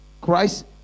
christ